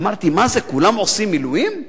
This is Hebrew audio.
אמרתי: מה זה, כולם עושים מילואים?